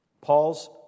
Paul's